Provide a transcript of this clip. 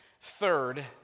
Third